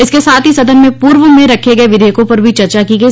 इसके साथ ही सदन में पूर्व में रखे गए विधेयकों पर भी चर्चा की गई